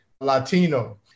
Latino